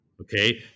Okay